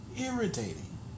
irritating